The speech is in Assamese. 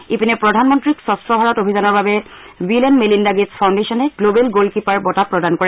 ইপিনে প্ৰধানমন্ত্ৰীক স্বচ্ছ ভাৰত অভিযানৰ বাবে বিল এণ্ড মেলিন্দা গেট্চ ফাউণ্ডেচনে গ্লোৱেল গল কিপাৰ বঁটা প্ৰদান কৰে